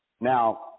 Now